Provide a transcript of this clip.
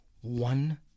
one